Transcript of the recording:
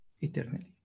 eternally